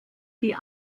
die